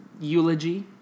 eulogy